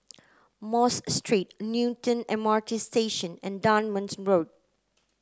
Mosque Street Newton M R T Station and Road